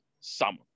summer